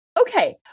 Okay